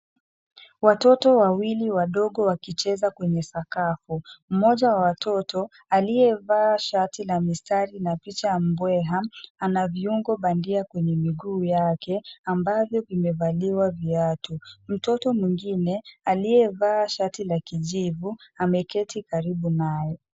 Watoto wawili wadogo wakicheza kwenye sakafu. Mmoja wa watoto aliyevaa shati la mistari na picha ya mbweha ana viungo bandia kwenye miguu yake ambavyo vimevaliwa viatu. Mtoto mwengine aliyevaa shati la kijivu ameketi karibu naye.